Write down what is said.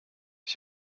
ich